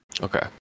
Okay